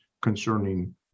concerning